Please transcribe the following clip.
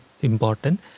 important